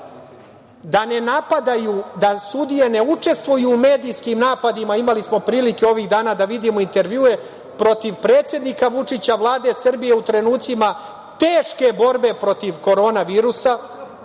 i zakonu, da sudije ne učestvuju u medijskim napadima, imali smo prilike ovih dana da vidimo intervjue protiv predsednika Vučića, Vlade Srbije u trenucima teške borbe protiv korona virusa,